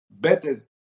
better